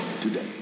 today